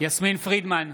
יסמין פרידמן,